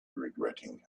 regretting